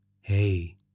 Hey